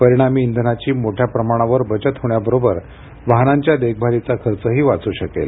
परिणामी इंधनाची मोठ्या प्रमाणावर बचत होण्याबरोबर वाहनांच्या देखभालीचाही खर्च वाचू शकेल